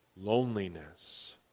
Loneliness